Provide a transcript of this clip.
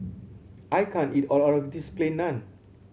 I can't eat all of this Plain Naan